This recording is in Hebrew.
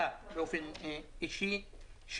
באופן אישי,